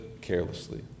carelessly